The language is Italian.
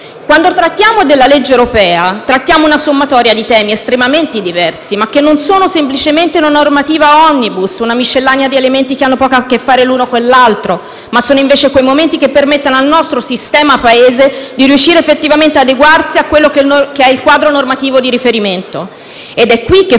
Quando esaminiamo la legge europea, trattiamo una sommatoria di temi estremamente diversi, ma che non sono semplicemente una normativa *omnibus*, una miscellanea di elementi che hanno poco a che fare l'uno o con l'altro, ma sono invece quei momenti che permettono al nostro sistema Paese di riuscire affettivamente ad adeguarsi al quadro normativo di riferimento. Ed è qui che